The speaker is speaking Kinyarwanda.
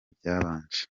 byabanje